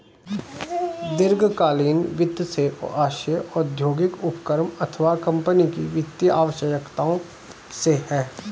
दीर्घकालीन वित्त से आशय औद्योगिक उपक्रम अथवा कम्पनी की वित्तीय आवश्यकताओं से है